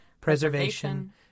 preservation